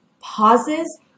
pauses